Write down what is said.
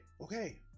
Okay